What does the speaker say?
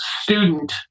student